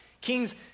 Kings